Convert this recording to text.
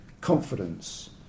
confidence